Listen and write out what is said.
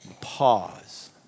Pause